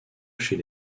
chez